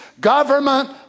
government